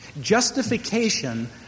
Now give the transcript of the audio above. Justification